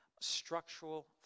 structural